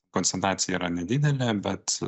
koncentracija yra nedidelė bet